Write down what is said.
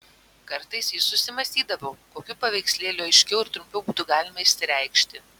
kartais jis susimąstydavo kokiu paveikslėliu aiškiau ir trumpiau būtų galima išsireikšti